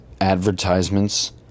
advertisements